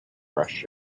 fresh